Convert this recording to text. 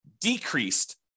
decreased